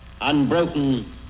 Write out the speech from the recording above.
unbroken